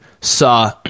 saw